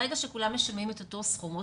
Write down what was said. ברגע שכולם משלמים את אותו סכום,